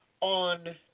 on